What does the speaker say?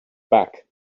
back